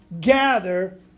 gather